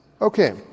Okay